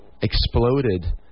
exploded